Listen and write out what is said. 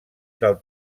del